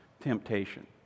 temptation